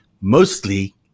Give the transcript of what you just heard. mostly